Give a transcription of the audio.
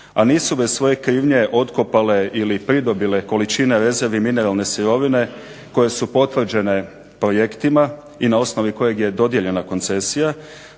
a nisu bez svoje krivnje otkopale ili pridobile količine rezervi mineralne sirovine koje su potvrđene projektima i na osnovi kojeg je dodijeljena koncesija